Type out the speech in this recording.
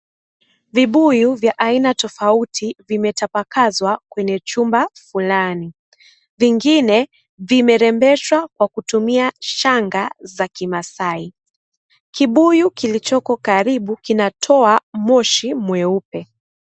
Vibuyu vya aina tofauti zimetapakazwa kwenye chumba fulani. Vingine vimerebeshwa kwa kutumia shanga za kimaasai. Kibuyu kilichoko karibu kinatoa moshi mweupe.